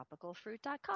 Tropicalfruit.com